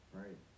right